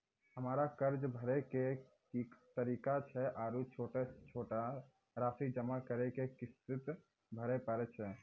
हमरा कर्ज भरे के की तरीका छै आरू छोटो छोटो रासि जमा करि के किस्त भरे पारे छियै?